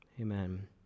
Amen